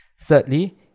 Thirdly